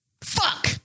fuck